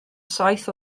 saith